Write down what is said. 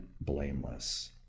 blameless